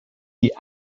die